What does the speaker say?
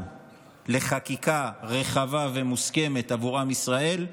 לחקיקה רחבה ומוסכמת עבור עם ישראל,